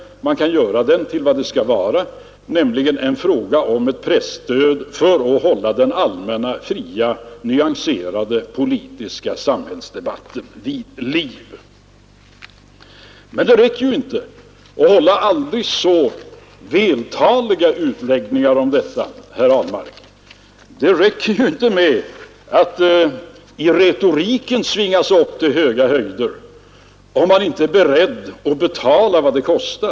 Man kan göra den till vad den skall vara, nämligen en fråga om ett presstöd för att hålla den allmänna fria nyanserade politiska samhällsdebatten vid liv. Men då räcker det inte att göra aldrig så vältaliga utläggningar om detta, herr Ahlmark. Det räcker inte med att i retoriken svinga sig upp till höga höjder, om man inte är beredd att betala vad det kostar.